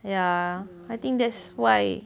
ya I think that's why